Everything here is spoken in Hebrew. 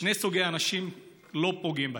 שני סוגי אנשים, לא פוגעים בהם.